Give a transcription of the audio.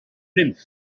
nymff